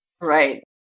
Right